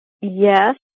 Yes